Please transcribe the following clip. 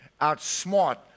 outsmart